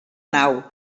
nau